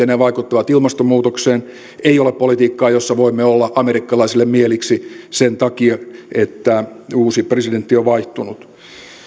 ne vaikuttavat ilmastonmuutokseen ei ole politiikkaa jossa voimme olla amerikkalaisille mieliksi sen takia että uusi presidentti on vaihtunut